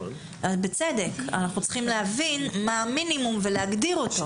אנחנו צריכים להבין מה המינימום ולהגדיר אותו.